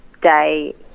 day